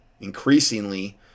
increasingly